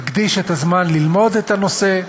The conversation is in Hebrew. אקדיש את הזמן ללמוד את הנושא,